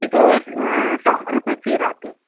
तिथे आ क शंभर रुपये फी राहते